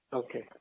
okay